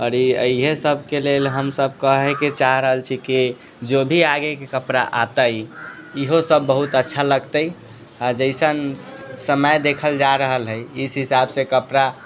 आओर अहिसबके लेल हमसब कहैके चाहि रहल छी की जो भी आगेके कपड़ा आतय इहो सब बहुत अच्छा लगतै आओर जैसन समय देखल जा रहल हय इस हिसाबसँ कपड़ा